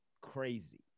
crazy